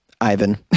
Ivan